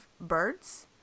birds